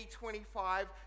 25